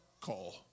call